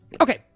Okay